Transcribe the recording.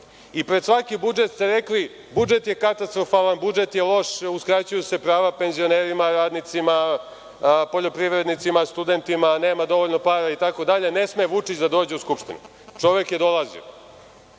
Pred svaki budžet ste rekli – budžet je katastrofalan, budžet je loš, uskraćuju se prava penzionerima, radnicima, poljoprivrednicima, studentima, nema dovoljno para itd, ne sme Vučić da dođe u Skupštinu. Čovek je dolazio. Jel